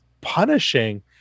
punishing